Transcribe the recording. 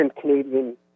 Canadian